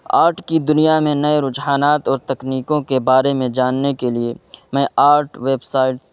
art کی دنیا میں ںئے رجحانات اور تکنیکوں کے بارے میں جاننے کے لیے میں آرٹ ویبسائٹس